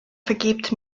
vergebt